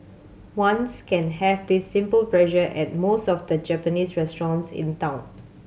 ones can have this simple pleasure at most of the Japanese restaurants in town